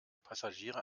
passagiere